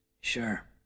Sure